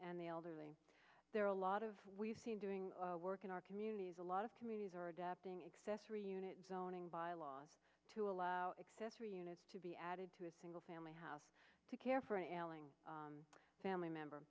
and the elderly there are a lot of we've seen doing work in our communities a lot of communities are adapting accessory unit zoning bylaws to allow access or you know to be added to a single family have to care for an ailing family member